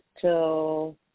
till